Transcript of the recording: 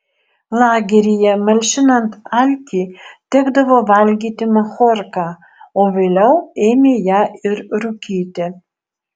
lageryje malšinant alkį tekdavo valgyti machorką o vėliau ėmė ją ir rūkyti